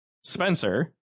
Spencer